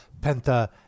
Penta